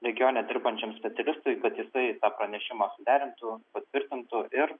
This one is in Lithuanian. regione dirbančiam specialistui kad jisai tą pranešimą derintų patvirtintų ir